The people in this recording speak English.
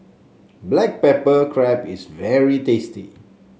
Black Pepper Crab is very tasty